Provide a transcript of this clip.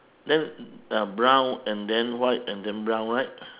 then uh brown and then white and then brown right